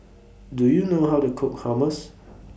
Do YOU know How to Cook Hummus